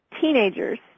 teenagers